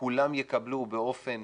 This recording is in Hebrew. וכולם יקבלו באופן